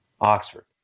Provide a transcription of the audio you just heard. Oxford